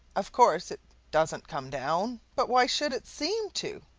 of course it doesn't come down, but why should it seem to?